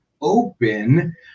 open